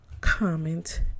comment